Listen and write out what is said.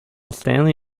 stanley